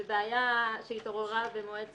בבעיה שהתעוררה במועד ספציפי.